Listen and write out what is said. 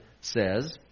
says